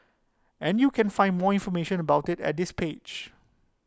and you can find more information about IT at this page